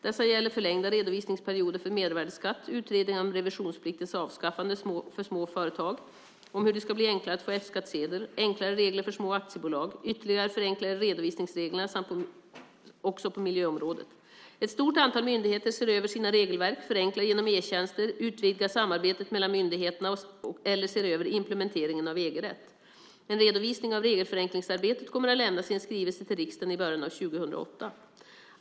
Dessa gäller förlängda redovisningsperioder för mervärdesskatt, utredningar om revisionspliktens avskaffande för små företag och om hur det ska bli enklare att få F-skattsedel, enklare regler för små aktiebolag, ytterligare förenklingar i redovisningsreglerna samt på miljöområdet. Ett stort antal myndigheter ser över sina regelverk, förenklar genom e-tjänster, utvidgar samarbetet mellan myndigheterna eller ser över implementeringen av EG-rätt. En redovisning av regelförenklingsarbetet kommer att lämnas i en skrivelse till riksdagen i början av 2008.